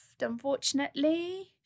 unfortunately